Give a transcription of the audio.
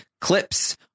clips